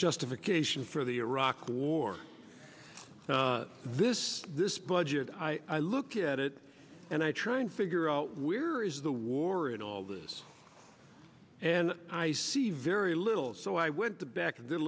justification for the iraq war this this budget i look at it and i try and figure out where is the war in all this and i see very little so i went to back in the